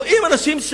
רואים אנשים,